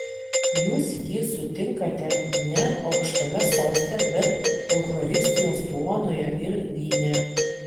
jūs jį susitinkate ne aukštame soste bet eucharistijos duonoje ir vyne